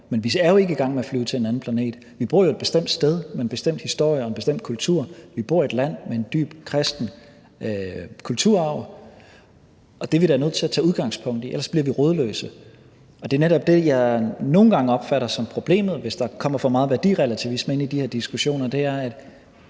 Men vi er jo ikke i gang med at flyve til en anden planet. Vi bor jo et bestemt sted med en bestemt historie og en bestemt kultur. Vi bor i et land med en dyb kristen kulturarv, og det er vi da nødt til at tage udgangspunkt i. Ellers bliver vi rodløse. Og det er netop det, jeg nogle gange opfatter som problemet, hvis der kommer for meget værdirelativisme ind i de her diskussioner, altså at